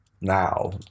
now